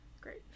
Great